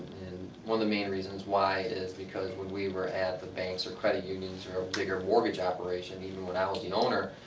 and one of the main reasons why is because when we were at the banks or credit unions or bigger mortgage operations, even when i was the owner,